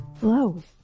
Hello